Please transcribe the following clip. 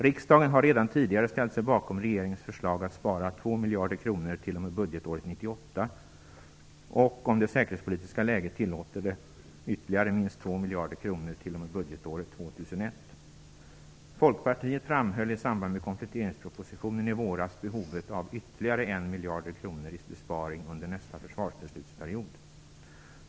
Riksdagen har redan tidigare ställt sig bakom regeringens förslag att spara 2 miljarder kronor t.o.m. budgetåret 1998 och, om det säkerhetspolitiska läget tillåter det, ytterligare minst 2 miljarder kronor t.o.m. budgetåret 2001. Folkpartiet framhöll i samband med kompletteringspropositionen i våras behovet av ytterligare 1 miljard kronor i besparing under nästa försvarsbeslutsperiod.